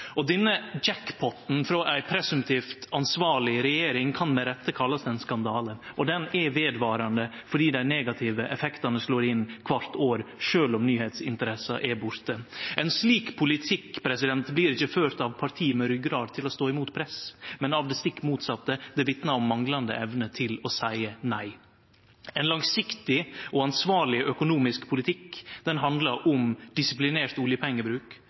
Denne jackpoten frå ei presumptivt ansvarleg regjering kan med rette kallast ein skandale, og han er vedvarande fordi dei negative effektane slår inn kvart år – sjølv om nyheitsinteressa er borte. Ein slik politikk blir ikkje ført av parti med ryggrad til å stå mot press, men av det stikk motsette. Det vitnar om manglande evne til å seie nei. Ein langsiktig og ansvarleg økonomisk politikk handlar om disiplinert oljepengebruk,